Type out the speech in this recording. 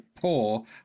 poor